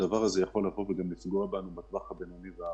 הדבר הזה יכול לפגוע בנו בטווח הבינוני והארוך.